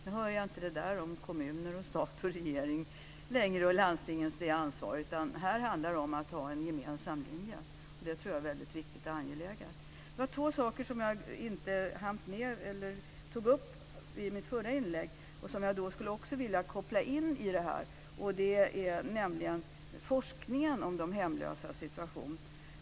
Nu hör jag inte det där om kommunernas, statens, regeringens och landstingens ansvar längre, utan här handlar det om att ha en gemensam linje. Det är viktigt och angeläget. Det finns två saker som jag inte hann med att ta upp i mitt förra inlägg. Jag skulle vilja koppla dem till detta. Det gäller forskningen om de hemlösas situation.